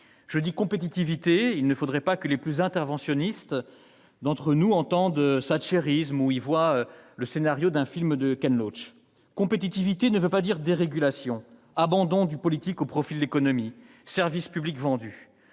je dis « compétitivité », il ne faudrait pas que les plus interventionnistes d'entre nous entendent « thatchérisme » ou pensent au scénario d'un film de Ken Loach. « Compétitivité » ne signifie pas dérégulation, abandon du politique au profit de l'économie, services publics vendus.